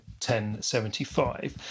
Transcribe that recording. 1075